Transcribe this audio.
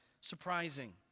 surprising